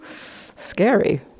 Scary